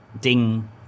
ding